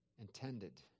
intended